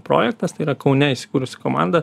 projektas tai yra kaune įsikūrsi komanda